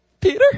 Peter